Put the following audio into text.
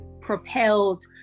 propelled